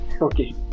Okay